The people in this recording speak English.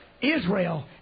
Israel